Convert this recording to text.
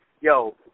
yo